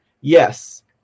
yes